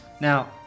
Now